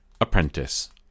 Apprentice